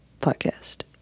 podcast